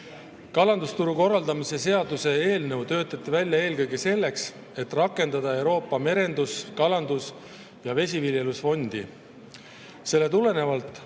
Kalandusturu korraldamise seaduse eelnõu töötati välja eelkõige selleks, et rakendada Euroopa Merendus‑, Kalandus‑ ja Vesiviljelusfondi. Sellest tulenevalt